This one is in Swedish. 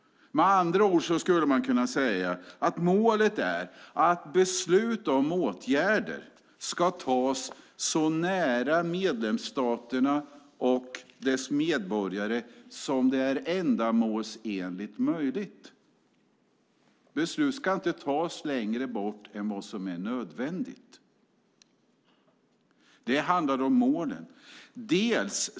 Med andra ord skulle man kunna säga att målet är att beslut om åtgärder ska tas så nära medlemsstaterna och dess medborgare som det är ändamålsenligt möjligt. Beslut ska inte tas längre bort än vad som är nödvändigt. Dels är det ett medel.